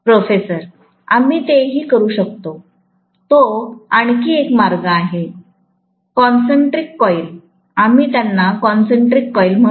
professor आम्ही ते ही करू शकतो तो आणखी एक मार्ग आहे कॉन्सेन्ट्रीक कॉइल आम्ही त्यांना कॉन्सेन्ट्रीक कॉइल म्हणतो